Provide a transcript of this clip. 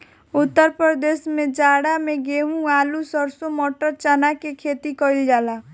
उत्तर प्रदेश में जाड़ा में गेंहू, आलू, सरसों, मटर, चना के खेती कईल जाला